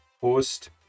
host